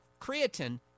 creatine